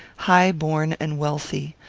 high-born and wealthy.